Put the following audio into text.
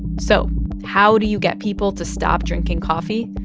so how do you get people to stop drinking coffee?